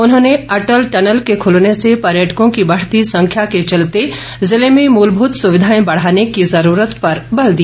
उन्होंने अटल टनल के खूलने से पर्यटकों की बढ़ती संख्या के चलते जिले में मूलभूत सुविधाएं बढ़ाने की जरूरत पर बल दिया